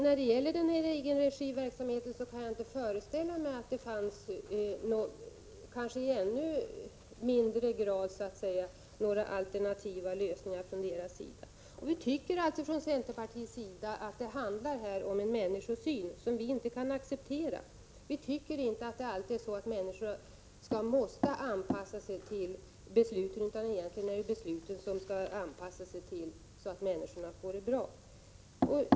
När det gäller egenregiverksamheten kan jag inte föreställa mig att det fanns några alternativa lösningar från deras sida — kanske i ännu mindre grad. Från centerpartiets sida tycker vi att det här handlar om en människosyn som vi inte kan acceptera. Vi tycker inte att det alltid skall vara människorna som tvingas anpassa sig till besluten, utan egentligen är det besluten som skall anpassas så att människorna får det bra.